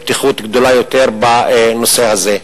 פתיחות גדולה יותר בנושא הזה.